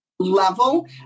level